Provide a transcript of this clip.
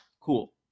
cool